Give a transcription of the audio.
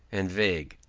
and vague,